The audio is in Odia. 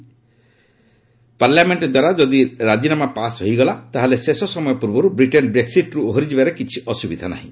ସେ କହିଛନ୍ତି ପାର୍ଲାମେଣ୍ଟ ଦ୍ୱାରା ଯଦି ରାଜିନାମା ପାଶ୍ ହୋଇଗଲା ତାହେଲେ ଶେଷ ସମୟ ପୂର୍ବରୁ ବ୍ରିଟେନ୍ ବ୍ରେକ୍ସିଟ୍ରୁ ଓହରିଯିବାରେ କିଛି ଅସୁବିଧା ନାହିଁ